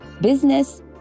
business